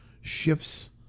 shifts